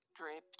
draped